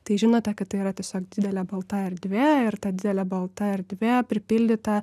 tai žinote kad tai yra tiesiog didelė balta erdvė ir ta didelė balta erdvė pripildyta